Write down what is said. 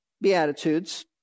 Beatitudes